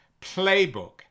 Playbook